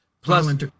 plus